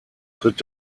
tritt